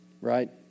Right